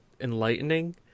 enlightening